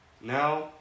now